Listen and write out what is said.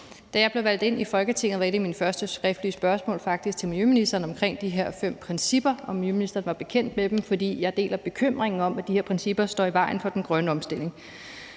Da jeg blev valgt ind i Folketinget, var et af mine første spørgsmål faktisk til miljøministeren omkring de her fem principper, altså om miljøministeren var bekendt med dem, for jeg deler bekymringen om, at de her principper står i vejen for den grønne omstilling.